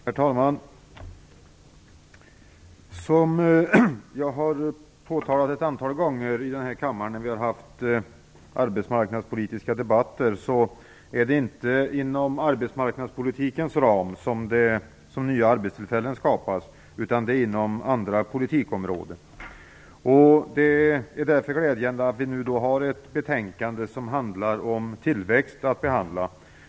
Herr talman! Som jag har påpekat många gånger i denna kammare när vi haft arbetsmarknadspolitiska debatter är det inte inom arbetsmarknadspolitikens ram som nya arbetstillfällen kan skapas. Det är inom andra politikområden. Därför är det glädjande att vi nu har ett betänkande om tillväxt att behandla.